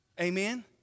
amen